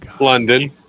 London